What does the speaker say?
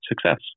success